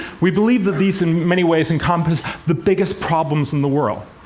we believe that these in many ways encompass the biggest problems in the world.